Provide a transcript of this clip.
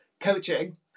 coaching